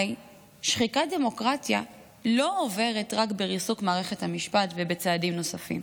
הרי שחיקת דמוקרטיה לא עוברת רק בריסוק מערכת המשפט ובצעדים נוספים,